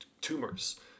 tumors